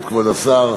השר,